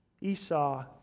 Esau